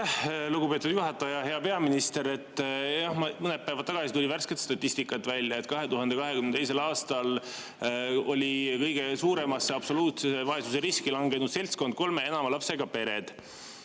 lugupeetud juhataja! Hea peaminister! Mõned päevad tagasi tuli välja värske statistika: 2022. aastal oli kõige suuremasse absoluutse vaesuse riski langenud seltskond kolme ja enama lapsega pered.